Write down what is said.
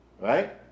right